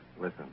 Listen